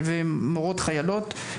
ומורות חיילות,